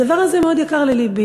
הדבר הזה מאוד יקר ללבי,